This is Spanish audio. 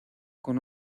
con